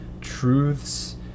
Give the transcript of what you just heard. truths